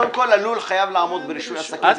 קודם כול, הלול חייב לעמוד ברישוי עסקים.